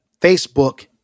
Facebook